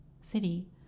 city